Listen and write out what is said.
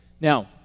Now